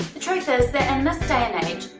the truth is that and in this day and age,